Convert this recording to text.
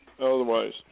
Otherwise